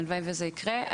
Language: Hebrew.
הלוואי וזה יקרה.